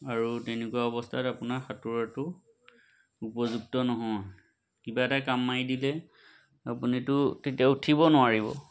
আৰু তেনেকুৱা অৱস্থাত আপোনাৰ সাঁতোৰাটো উপযুক্ত নহয় কিবা এটাই কামোৰি দিলে আপুনিটো তেতিয়া উঠিব নোৱাৰিব